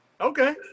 Okay